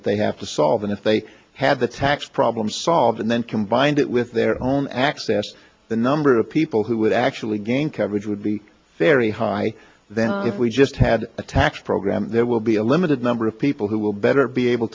that they have to solve and if they have the tax problem solved and then combined it with their own access the number of people who would actually gain coverage would be very high that if we just had a tax program there will be a limited number of people who will better be able